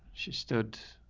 she stood,